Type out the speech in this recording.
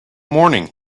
morning